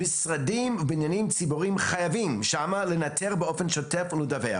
במשרדים בבניינים ציבוריים חייבים לנטר באופן שוטף ולדווח.